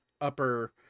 upper